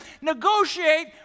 negotiate